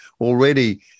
already